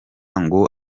ngo